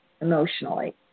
emotionally